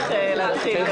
בשעה 14:55.